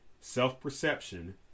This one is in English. self-perception